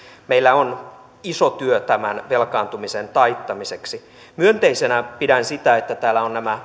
meillä on iso työ tämän velkaantumisen taittamiseksi myönteisenä pidän sitä että täällä on nämä